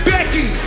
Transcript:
Becky